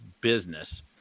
business